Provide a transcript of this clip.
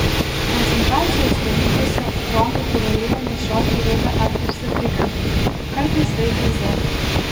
koncentracijos stovyklose romai privalėjo nešioti rudą apverstą trikampį kartais raidę z